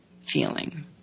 feeling